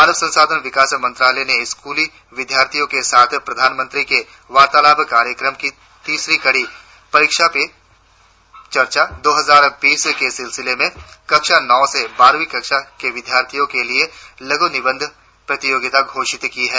मानव संशाधन विकास मंत्रालय ने स्कूली विद्यार्थियों के साथ प्रधानमंत्री के वार्तालाप कार्यक्रम की तीसरी कड़ी परीक्षा पे चर्चा दो हजार बीस के सिलसिले में कक्षा नौवीं से बारहवीं के विद्यार्थियों के लिए लघु निबंध प्रतियोगिता घोषित की है